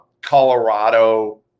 Colorado